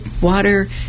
water